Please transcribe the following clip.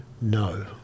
No